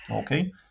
Okay